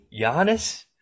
Giannis